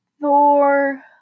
Thor